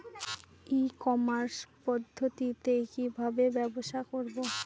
ই commerce পদ্ধতিতে কি ভাবে ব্যবসা করব?